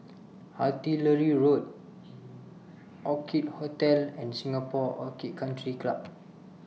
Artillery Road Orchid Hotel and Singapore Orchid Country Club